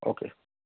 okay